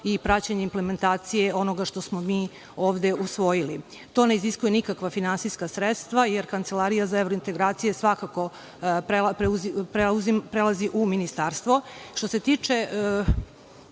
i praćenje implementacije onoga što smo mi ovde usvojili. To ne iziskuje nikakva finansijska sredstva jer Kancelarija za evrointegracije svakako prelazi u ministarstvo. Što se tiče